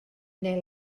neu